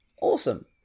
Awesome